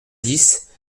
dix